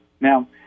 Now